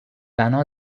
بنا